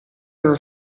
nello